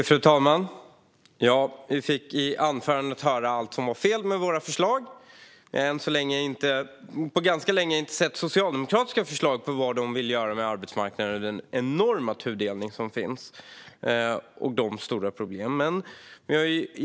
Fru talman! Vi fick i anförandet höra allt som var fel med våra förslag. Vi har på ganska länge inte sett socialdemokratiska förslag på vad de vill göra med arbetsmarknaden och den enorma tudelning och de stora problem som finns.